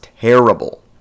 terrible